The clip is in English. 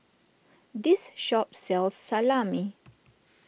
this shop sells Salami